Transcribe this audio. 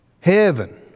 Heaven